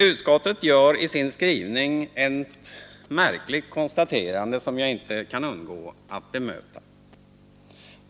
Utskottet gör i sin skrivning ett märkligt konstaterande, som jag inte kan underlåta att bemöta.